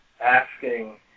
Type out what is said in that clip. asking